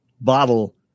bottle